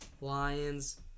Lions